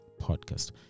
Podcast